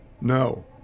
No